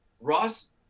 Ross